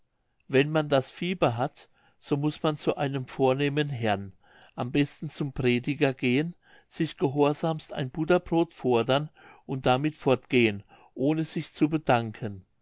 wenn man das fieber hat so muß man zu einem vornehmen herrn am besten zum prediger gehen sich gehorsamst ein butterbrod fordern und damit fortgehen ohne sich zu bedanken